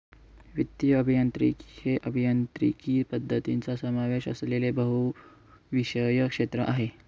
वित्तीय अभियांत्रिकी हे अभियांत्रिकी पद्धतींचा समावेश असलेले बहुविषय क्षेत्र आहे